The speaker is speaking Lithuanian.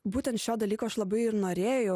būtent šio dalyko aš labai ir norėjau